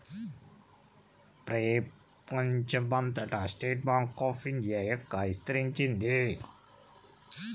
ప్రెపంచం అంతటా State Bank of India bank ఇస్తరించింది